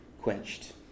quenched